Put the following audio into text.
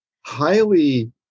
highly